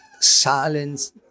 silence